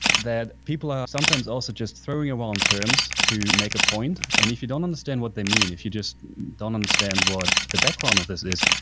that people are sometimes also just throwing wrong terms to make a point, and if you don't understand what they mean, if you just don't understand what the background of this is,